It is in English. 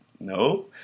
no